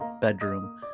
bedroom